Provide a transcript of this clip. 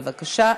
בבקשה,